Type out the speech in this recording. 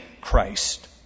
Christ